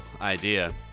idea